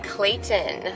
Clayton